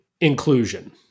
inclusion